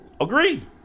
agreed